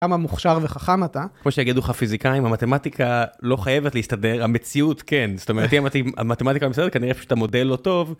כמה מוכשר וחכם אתה, כמו שיגידו לך פיזיקאים, המתמטיקה לא חייבת להסתדר, המציאות כן, זאת אומרת אם המתמטיקה מסתדרת כנראה פשוט המודל לא טוב...